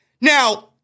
Now